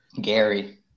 Gary